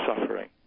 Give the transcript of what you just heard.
suffering